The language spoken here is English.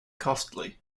costly